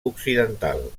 occidental